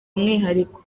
umwihariko